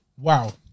Wow